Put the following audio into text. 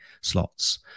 slots